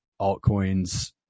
altcoins